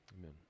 amen